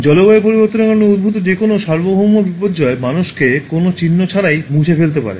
জলবায়ু পরিবর্তনের কারণে উদ্ভূত যে কোনও সার্বভৌম বিপর্যয় মানুষকে কোনও চিহ্ন ছাড়াই মুছে ফেলতে পারে